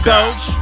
Coach